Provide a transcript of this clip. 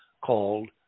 called